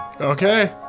Okay